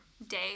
day